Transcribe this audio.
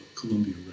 Columbia